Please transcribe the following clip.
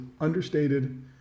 understated